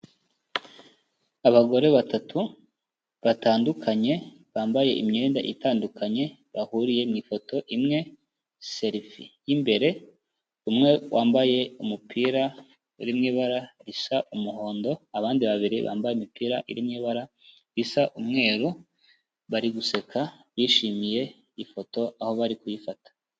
Abagore batatu batandukanye bambaye imyenda itandukanye bahuriye mu ifoto imwe serifi y'imbere, umwe wambaye umupira uri mu ibara risa umuhondo, abandi babiri bambaye imipira iri mu ibara risa umweru, bari guseka bishimiye ifoto aho bari kuyifata.